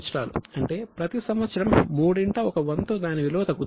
అంటే ప్రతి సంవత్సరం మూడింట ఒక వంతు దాని విలువ తగ్గుతుంది